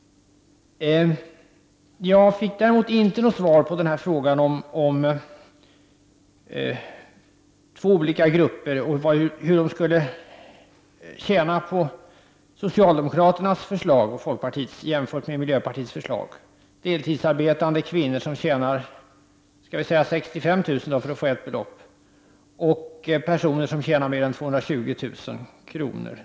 Jag fick däremot inget svar på frågan hur två olika grupper — deltidsarbetande kvinnor som tjänar 65 000 kr. och personer som tjänar mer än 220 000 kr. — skulle tjäna på socialdemokraternas och folkpartiets förslag jämfört med miljöpartiets förslag.